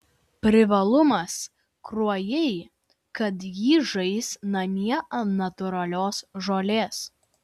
privalumas kruojai kad ji žais namie ant natūralios žolės